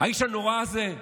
האיש הנורא הזה.